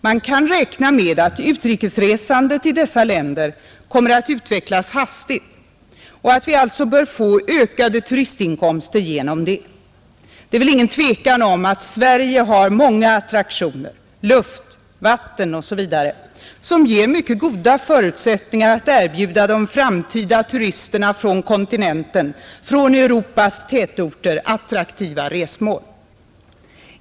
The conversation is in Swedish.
Man kan räkna med att utrikesresandet från dessa länder kommer att utvecklas hastigt och att vi alltså bör få ökade turistinkomster genom det. Det råder väl inget tvivel om att Sverige har många attraktioner — luft, vatten osv. — som ger mycket goda förutsättningar att erbjuda de framtida turisterna från kontinenten, från Europas tätorter, attraktiva resmål.